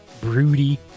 broody